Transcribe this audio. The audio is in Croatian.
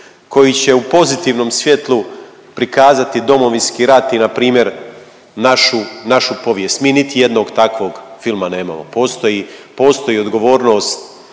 koji će u pozitivnom svjetlu prikazati Domovinski rat i na primjer našu povijest. Mi niti jednog takvog filma nemamo. Postoji odgovornost